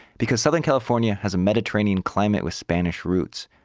because southern california has a mediterranean climate with spanish roots.